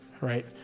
Right